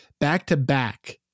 back-to-back